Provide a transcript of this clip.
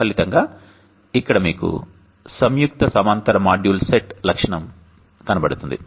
ఫలితంగా ఇక్కడ మీకు సంయుక్త సమాంతర మాడ్యూల్ సెట్ లక్షణం కనబడుతుంది